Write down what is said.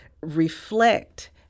reflect